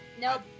Nope